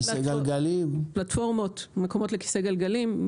פלטפורמות, מקומות לכיסא גלגלים.